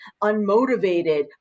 unmotivated